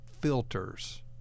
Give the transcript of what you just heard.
filters